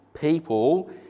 people